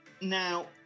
Now